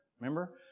remember